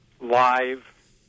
live